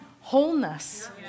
wholeness